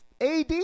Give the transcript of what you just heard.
AD